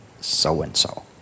so-and-so